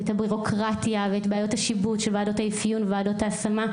את הביורוקרטיה ואת בעיות השיבוץ על ועדות האפיון וועדות ההשמה.